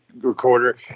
recorder